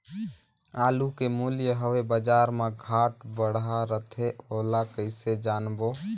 आलू के मूल्य हवे बजार मा घाट बढ़ा रथे ओला कइसे जानबो?